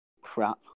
crap